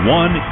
one